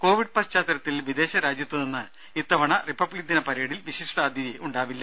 Covid പശ്ചാത്തലത്തിൽ വിദേശ രാജ്യത്ത് നിന്ന് ഇത്തവണ റിപ്പബ്ലിക് ദിന പരേഡിൽ വിശിഷ്ടാതിഥിയുണ്ടാവില്ല